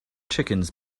chickens